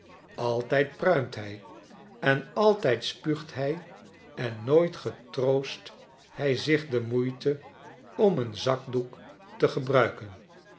altijd pruimt hij en altijd spuugt hij en nooit getroost hij zich de moeite om een zakdoek te gebruiken